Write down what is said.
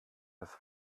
das